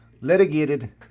litigated